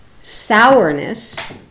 Sourness